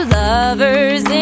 lovers